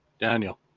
Daniel